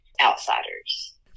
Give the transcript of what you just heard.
Outsiders